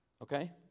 okay